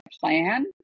plan